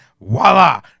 Voila